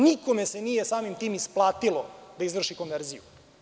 Nikome se nije, samim tim, isplatilo da izvrši konverziju.